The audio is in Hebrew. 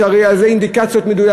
יש על זה אינדיקציות מדויקות,